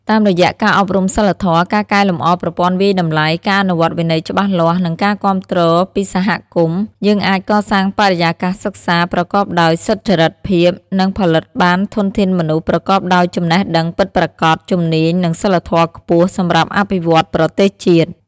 តាមរយៈការអប់រំសីលធម៌ ការកែលម្អប្រព័ន្ធវាយតម្លៃ ការអនុវត្តវិន័យច្បាស់លាស់ និងការគាំទ្រពីសហគមន៍ យើងអាចកសាងបរិយាកាសសិក្សាប្រកបដោយសុចរិតភាព និងផលិតបានធនធានមនុស្សប្រកបដោយចំណេះដឹងពិតប្រាកដ ជំនាញ និងសីលធម៌ខ្ពស់សម្រាប់អភិវឌ្ឍប្រទេសជាតិ។